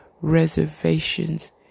reservations